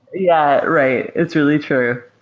yeah. right. it's really true.